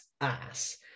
ass